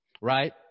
right